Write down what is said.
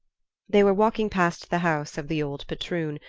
they were walking past the house of the old patroon,